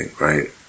Right